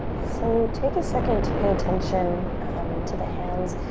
so take a second to pay attention um to the hands.